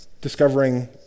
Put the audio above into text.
discovering